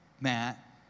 Matt